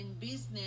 business